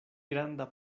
granda